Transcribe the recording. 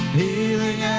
healing